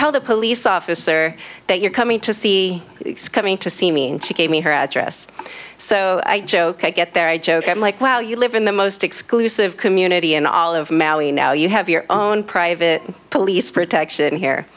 tell the police officer that you're coming to see coming to see me and she gave me her address so i get there i joke i'm like well you live in the most exclusive community in all of maui now you have your own private police protection here